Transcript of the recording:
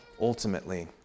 ultimately